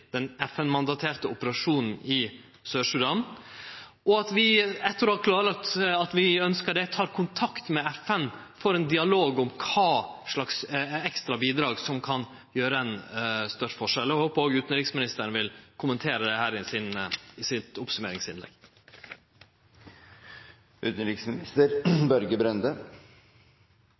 den FN-mandaterte operasjonen i Sør-Sudan, og at vi, etter å ha klarlagt at vi ønskjer det, tek kontakt med FN for ein dialog om kva slags ekstra bidrag som kan gjere størst forskjell. Eg håpar òg at utanriksministeren vil kommentere dette i oppsummeringsinnlegget sitt. Det